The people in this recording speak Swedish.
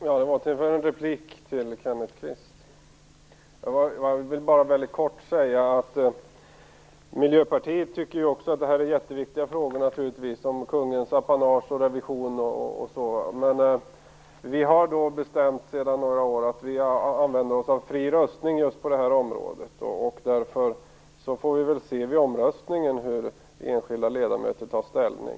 Herr talman! Jag vill ge en replik till Kenneth Kvist. Jag vill bara väldigt kort säga att Miljöpartiet också tycker att detta är viktiga frågor, kungens apanage, revision osv. Men vi har sedan några år bestämt att vi använder oss av fri röstning på just det här området. Därför får vi se vid omröstningen hur enskilda ledamöter tar ställning.